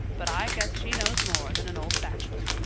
but i guess she knows more than an old bachelor.